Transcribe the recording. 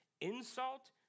Insult